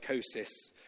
psychosis